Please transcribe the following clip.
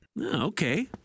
Okay